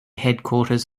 headquarters